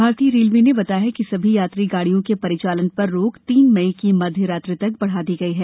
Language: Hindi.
भारतीय रेलवे ने बताया कि सभी यात्री गाड़ियों के परिचालन पर रोक तीन मई की मध्य रात्रि तक बढ़ा दी गई है